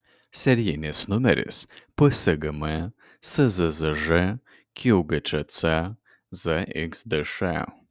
serijinis numeris psgm szzž qgčc zxdš